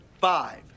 five